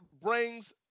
brings